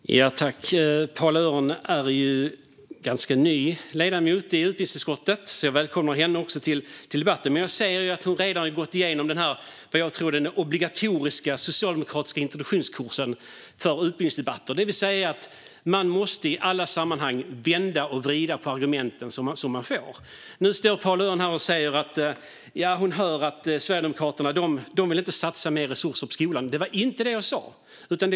Herr talman! Paula Örn är en ganska ny ledamot i utbildningsutskottet, så jag välkomnar henne till debatten. Men jag ser att hon redan har gått igenom något som jag tror är en obligatorisk socialdemokratisk introduktionskurs för utbildningsdebatter. Man måste i alla sammanhang vända och vrida på de argument som man får. Nu säger Paula Örn att hon hör att Sverigedemokraterna inte vill satsa mer resurser på skolorna. Det var inte vad jag sa.